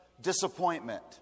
disappointment